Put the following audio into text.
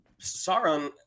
Sauron